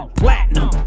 platinum